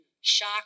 shock